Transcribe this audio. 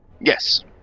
Yes